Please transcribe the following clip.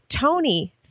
Tony